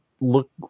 look